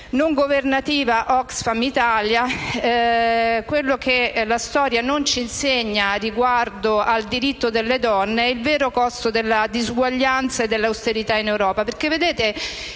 non governativa Oxfam Italia, quello che la storia non ci insegna riguardo al diritto delle donne è il vero costo della disuguaglianza e dell'austerità in Europa.